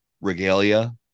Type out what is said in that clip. regalia